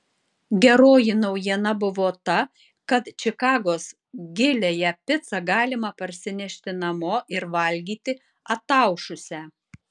geroji naujiena buvo ta kad čikagos giliąją picą galima parsinešti namo ir valgyti ataušusią